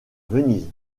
venise